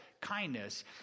kindness